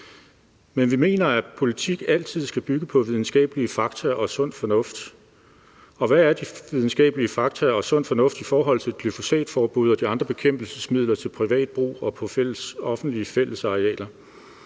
men vi mener, at politik altid skal bygge på videnskabelige fakta og sund fornuft. Og hvad er de videnskabelige fakta og den sunde fornuft i forhold til et forbud mod glyfosat og de andre bekæmpelsesmidler til privat brug og på offentlige fællesarealer?